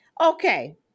okay